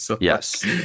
Yes